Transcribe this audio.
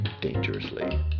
dangerously